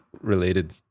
related